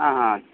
ह हा